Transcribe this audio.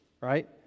right